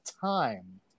time